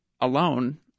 alone